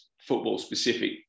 football-specific